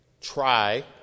try